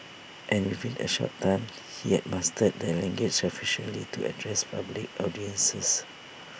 and within A short time he had mastered the language sufficiently to address public audiences